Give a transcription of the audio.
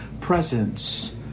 presence